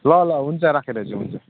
ल ल हुन्छ राखेँ दाजु हुन्छ